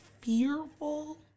fearful